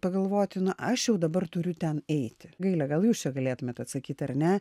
pagalvoti nu aš jau dabar turiu ten eiti gaile gal jūs čia galėtumėt atsakyt ar ne